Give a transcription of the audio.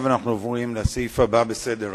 אנחנו עוברים לסעיף הבא בסדר-היום,